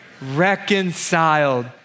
Reconciled